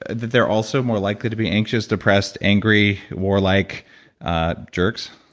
that they're also more likely to be anxious, depressed, angry, warlike jerks?